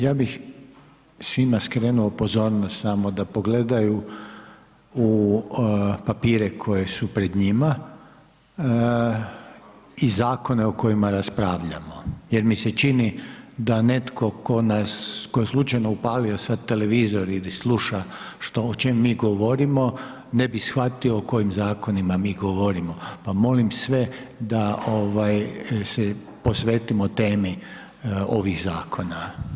Ja bih svima skrenuo pozornost samo da pogledaju u papire koje su pred njima i zakone o kojima raspravljamo jer mi se čini da netko tko nas, tko je slučajno upalio sad televizor ili sluša o čem mi govorimo, ne bi shvatio o kojim zakonima mi govorimo pa molim sve da se posvetimo temi ovih zakona.